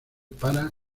para